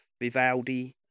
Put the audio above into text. Vivaldi